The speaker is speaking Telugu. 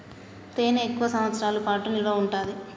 తేనె ఎక్కువ సంవత్సరాల పాటు నిల్వ ఉంటాది